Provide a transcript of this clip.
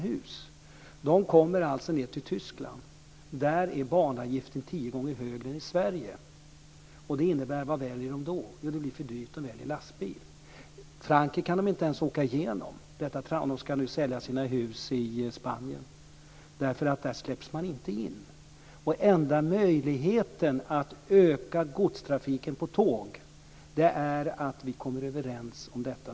När de kommer ned till Tyskland är banavgiften tio gånger högre än i Sverige. Vad väljer de då? Jo, de väljer lastbil då det blir för dyrt med tåg. Frankrike kan de inte ens åka igenom om de ska sälja sina hus i Spanien därför att de släpps inte in. Den enda möjligheten att öka godstrafiken på tåg är att vi kommer överens om detta.